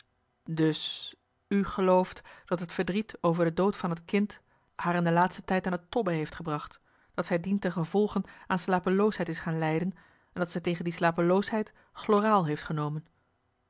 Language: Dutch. dus u gelooft dat het verdriet over de dood van het kind haar in de laatste tijd aan het tobben heeft gebracht dat zij dientengevolge aan slapeloosheid is gaan lijden en dat ze tegen die slapeloosheid chloraal heeft genomen